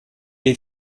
est